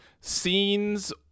scenes